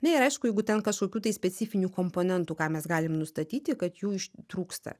na ir aišku jeigu ten kažkokių tai specifinių komponentų ką mes galim nustatyti kad jų iš trūksta